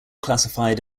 classified